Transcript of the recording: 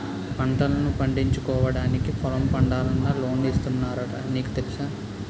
పంటల్ను పండించుకోవడానికి పొలం పండాలన్నా లోన్లు ఇస్తున్నారట నీకు తెలుసా?